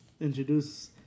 introduce